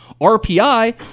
RPI